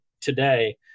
today